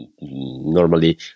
normally